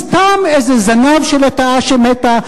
סתם איזה זנב של לטאה שמתה,